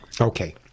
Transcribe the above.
Okay